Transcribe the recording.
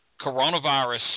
Coronavirus